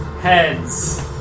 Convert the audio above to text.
heads